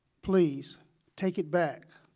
please take it back,